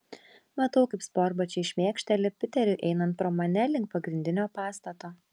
matau kaip sportbačiai šmėkšteli piteriui einant pro mane link pagrindinio pastato